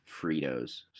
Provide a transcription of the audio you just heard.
fritos